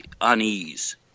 unease